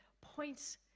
points